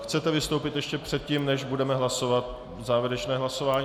Chcete vystoupit ještě předtím, než budeme hlasovat závěrečné hlasování?